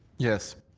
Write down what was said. yes.